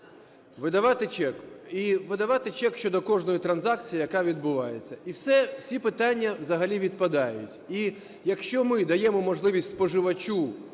Видавати чек. І видавати чек щодо кожної транзакції, яка відбувається, і всі питання взагалі відпадають. І якщо ми даємо можливість споживачу